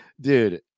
Dude